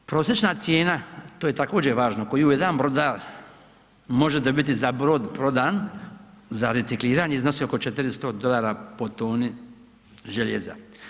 Prosječna cijena, to je također važno koju jedan brodar može dobiti za brod prodan, za recikliranje iznosi oko 400 dolara po toni željeza.